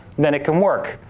then it can work,